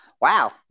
Wow